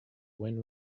win